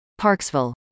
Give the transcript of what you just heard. Parksville